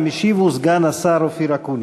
המשיב הוא סגן השר אופיר אקוניס.